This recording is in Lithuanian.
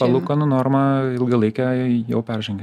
palūkanų normą ilgalaikę jau peržengia